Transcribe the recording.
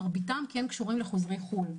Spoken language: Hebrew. מרביתם כן קשורים לחוזרים מחו"ל.